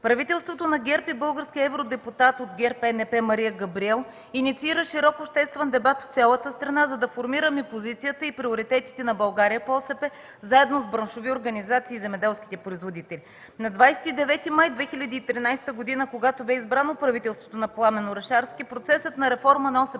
Правителството на ГЕРБ и българският евродепутат от ГЕРБ/ЕНП Мария Габриел инициираха широк обществен дебат в цялата страна, за да формираме позицията и приоритетите на България по ОСП, заедно с браншовите организации и земеделските производители. На 29 май 2013 г., когато бе избрано правителството на Пламен Орешарски, процесът на реформа на ОСП